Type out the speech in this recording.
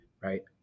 right